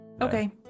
Okay